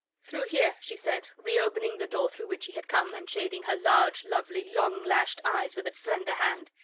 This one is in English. through here, she said, reopening the door through which he had come, and shading her large, lovely, long-lashed eyes with a slender hand.